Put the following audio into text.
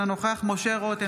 אינו נוכח משה רוט,